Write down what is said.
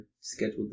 scheduled